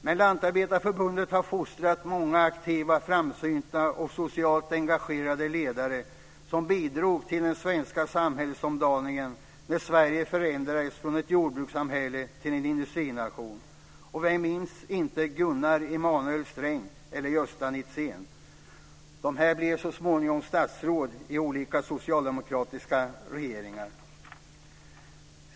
Men Lantarbetareförbundet har fostrat många aktiva, framsynta och socialt engagerade ledare som bidrog till den svenska samhällsomdaningen när Sverige förändrades från ett jordbrukssamhälle till en industrination. Vem minns inte Gunnar Emanuel Sträng eller Gösta Netzén? De blev så småningom statsråd i olika socialdemokratiska regeringar.